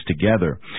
together